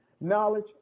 knowledge